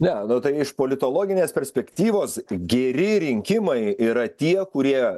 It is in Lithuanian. ne nu tai iš politologinės perspektyvos geri rinkimai yra tie kurie